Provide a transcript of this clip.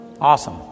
Awesome